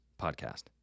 Podcast